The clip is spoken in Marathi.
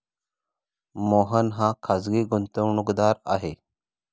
मोहन हा खाजगी गुंतवणूकदार आहे